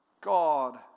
God